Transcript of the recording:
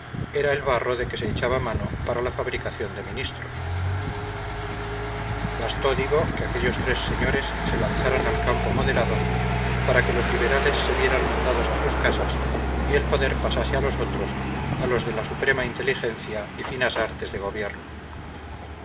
era el barro de que se echaba mano para la fabricación de ministros bastó digo que aquellos tres señores se lanzaran al campo moderado para que los liberales se vieran mandados a sus casas y el poder pasase a los otros a los de la suprema inteligencia y finas artes de gobierno